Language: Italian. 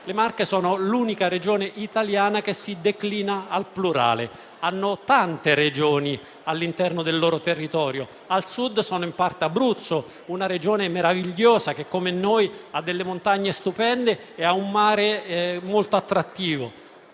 le Marche sono l'unica Regione italiana che si declina al plurale, con tante Regioni all'interno: al Sud sono in parte Abruzzo, una Regione meravigliosa che, come noi, ha montagne stupende e un mare molto attrattivo;